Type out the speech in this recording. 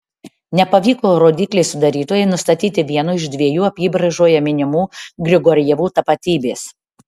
nepavyko rodyklės sudarytojai nustatyti vieno iš dviejų apybraižoje minimų grigorjevų tapatybės